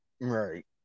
Right